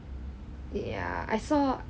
yeah